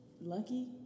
Lucky